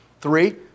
Three